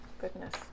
goodness